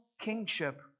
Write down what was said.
kingship